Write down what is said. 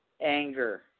anger